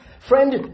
Friend